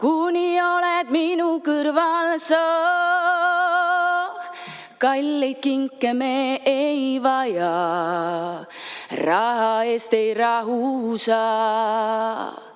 kuni oled minu kõrval sa. Kalleid kinke me ei vaja, raha eest ei rahu